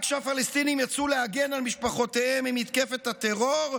רק כשהפלסטינים יצאו להגן על משפחותיהם ממתקפת הטרור,